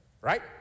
Right